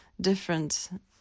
different